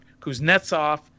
Kuznetsov